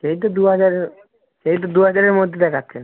সেই তো দুহাজারের সেই তো দুহাজারের মধ্যে দেখাচ্ছেন